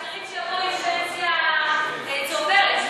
עם פנסיה צוברת,